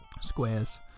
squares